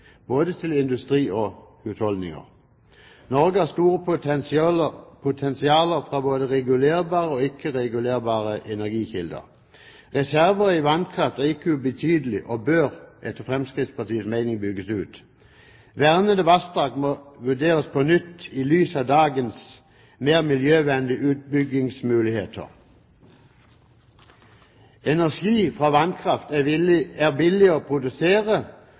både til industri og til husholdninger. Norge har et stort potensial fra både regulerbare og ikke-regulerbare energikilder. Reserver i vannkraft er ikke ubetydelig, og bør etter Fremskrittspartiets mening bygges ut. Vernede vassdrag må vurderes på nytt i lys av dagens mer miljøvennlige utbyggingsmuligheter. Energi fra vannkraft er billig å produsere,